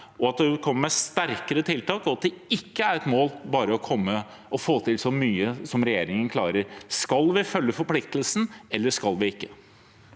at vi kommer med sterkere tiltak, og at det ikke er et mål bare å få til så mye som regjeringen klarer. Skal vi følge forpliktelsen, eller skal vi ikke?